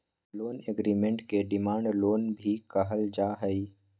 loan agreement के demand loan भी कहल जा हई